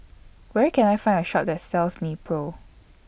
Where Can I Find A Shop that sells Nepro